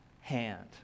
hand